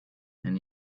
and